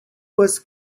was